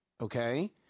okay